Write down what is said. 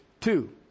Two